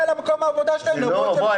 למקום העבודה שלהם למרות שהם חולים.